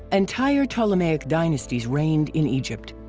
entire ptolemaic dynasties reigned in egypt.